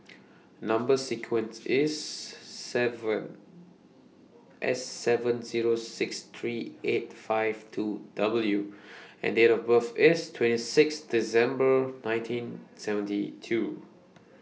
Number sequence IS seven S seven Zero six three eight five two W and Date of birth IS twenty six December nineteen seventy two